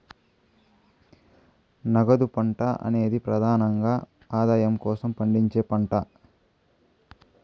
నగదు పంట అనేది ప్రెదానంగా ఆదాయం కోసం పండించే పంట